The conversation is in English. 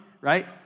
right